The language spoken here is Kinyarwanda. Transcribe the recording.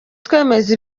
twemeza